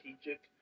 strategic